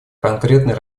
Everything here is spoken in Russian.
конкретной